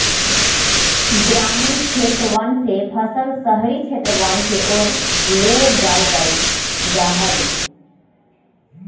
ग्रामीण क्षेत्रवन से फसल शहरी क्षेत्रवन के ओर ले जाल जाहई